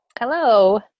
Hello